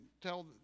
tell